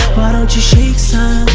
why don't you shake some,